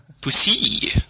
Pussy